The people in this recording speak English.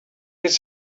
could